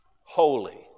Holy